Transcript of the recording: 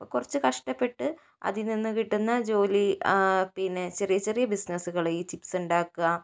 അപ്പോൾ കുറച്ച് കഷ്ടപ്പെട്ട് അതിൽ നിന്ന് കിട്ടുന്ന ജോലി പിന്നെ ചെറിയ ചെറിയ ബിസ്സിനെസ്സുകൾ ഈ ചിപ്സുണ്ടാക്കുക